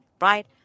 right